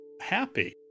happy